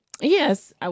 Yes